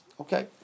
Okay